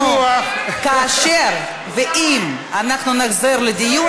כאשר ואם אנחנו נחזור לדיון,